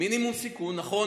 מינימום סיכון, נכון.